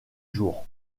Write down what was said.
jour